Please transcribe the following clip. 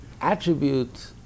attribute